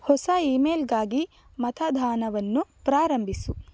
ಹೊಸ ಇಮೇಲ್ಗಾಗಿ ಮತದಾನವನ್ನು ಪ್ರಾರಂಭಿಸು